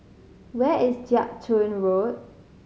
where is Jiak Chuan Road